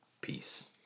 Peace